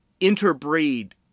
interbreed